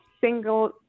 single